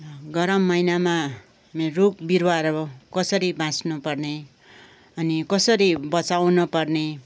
गरम महिनामा हुने रुख बिरुवाहरू कसरी बाँच्नु पर्ने अनि कसरी बचाउन पर्ने